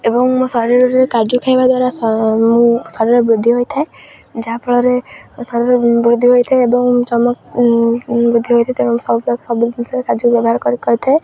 ଏବଂ ମୋ ଶରୀରରେ କାଜୁ ଖାଇବା ଦ୍ୱାରା ମୁଁ ଶରୀରରେ ବୃଦ୍ଧି ହୋଇଥାଏ ଯାହାଫଳରେ ଶରୀରରେ ବୃଦ୍ଧି ହୋଇଥାଏ ଏବଂ ଚମକ ବୃଦ୍ଧି ହୋଇଥାଏ ଏବଂ ସବୁ ସବୁ ଜିନିଷରେ କାଜୁ ବ୍ୟବହାର କରି କରିଥାଏ